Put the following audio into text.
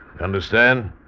Understand